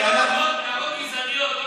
הערות גזעניות,